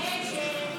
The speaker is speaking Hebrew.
35 בעד, 45 נגד.